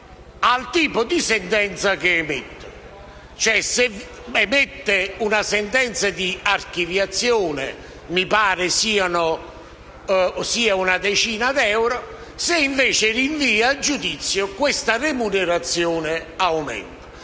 al tipo di sentenza che emette. Se emette una sentenza di archiviazione, mi pare si tratti di una decina di euro. Se, invece, rinvia a giudizio, la remunerazione aumenta.